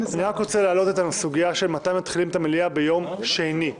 אני רוצה להעלות את הסוגיה מתי מתחילים את המליאה ביום שני.